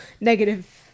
negative